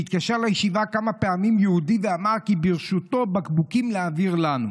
שהתקשר לישיבה כמה פעמים יהודי ואמר כי ברשותו בקבוקים להעביר לנו.